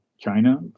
China